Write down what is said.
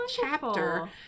chapter